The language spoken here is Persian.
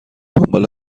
دنبال